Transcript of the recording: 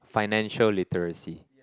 financial literacy